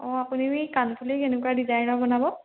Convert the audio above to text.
অঁ আপুনি মি কাণফুলি কেনেকুৱা ডিজাইনৰ বনাব